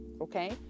Okay